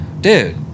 dude